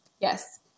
Yes